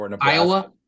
Iowa